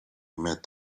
met